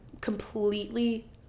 completely